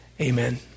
Amen